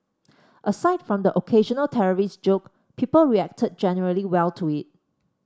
aside from the occasional terrorist joke people reacted generally well to it